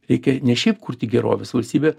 reikia ne šiaip kurti gerovės valstybę